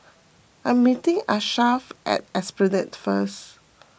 I am meeting Achsah at Esplanade first